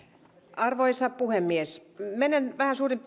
arvoisa puhemies menen vähän suurin